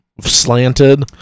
slanted